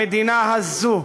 במדינה הזאת,